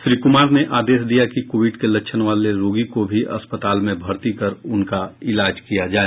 श्री कुमार ने आदेश दिया कि कोविड के लक्षण वाले रोगी को भी अस्पताल में भर्ती कर उनका ईलाज किया जाए